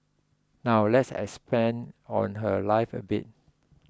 now let's expand on her life a bit